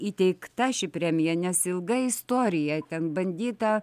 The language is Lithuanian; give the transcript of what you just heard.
įteikta ši premija nes ilga istorija ten bandyta